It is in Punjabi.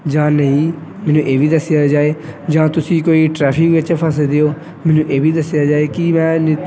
ਜਾਂ ਨਹੀਂ ਮੈਨੂੰ ਇਹ ਵੀ ਦੱਸਿਆ ਜਾਵੇ ਜਾਂ ਤੁਸੀਂ ਕੋਈ ਟਰੈਫਿਕ ਵਿੱਚ ਫਸੇ ਦੇ ਹੋ ਮੈਨੂੰ ਇਹ ਵੀ ਦੱਸਿਆ ਜਾਵੇ ਕਿ ਮੈਂ